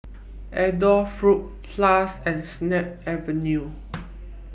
Adore Fruit Plus and Snip Avenue